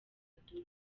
maduro